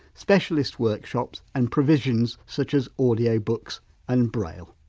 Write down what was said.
specialist workshops and provisions such as audio books and braille.